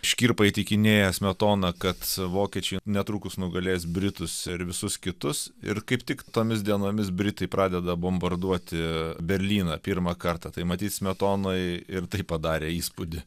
škirpa įtikinėja smetoną kad vokiečiai netrukus nugalės britus ir visus kitus ir kaip tik tomis dienomis britai pradeda bombarduoti berlyną pirmą kartą tai matyt smetonai ir tai padarė įspūdį